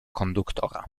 konduktora